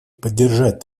поддержать